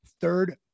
third